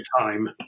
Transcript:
time